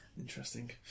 Interesting